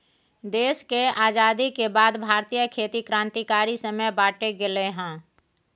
देश केर आजादी के बाद भारतीय खेती क्रांतिकारी समय बाटे गेलइ हँ